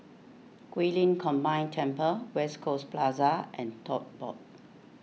Guilin Combined Temple West Coast Plaza and Tote Board